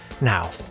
now